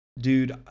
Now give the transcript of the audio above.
dude